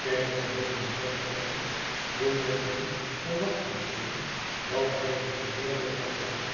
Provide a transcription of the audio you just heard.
caddy beredeneerde verder hoe men niet verwachten kon dat hij een geleerde zou zijn